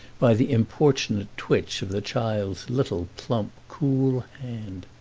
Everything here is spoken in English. by the importunate twitch of the child's little, plump, cool hand.